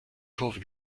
kurve